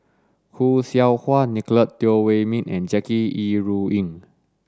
Khoo Seow Hwa Nicolette Teo Wei Min and Jackie Yi Ru Ying